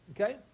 okay